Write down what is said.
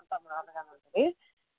అంతా బాధగానే ఉంటుంది